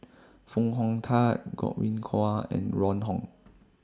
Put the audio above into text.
Foo Hong Tatt Godwin Koay and Ron Wong